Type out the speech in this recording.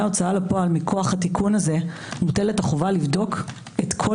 ההוצאה לפועל מכוח התיקון הזה מוטלת החובה לבדוק את כל